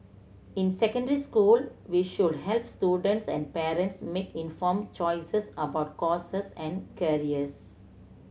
in secondary school we should help students and parents make informed choices about courses and careers